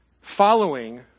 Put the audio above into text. Following